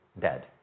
dead